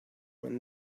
when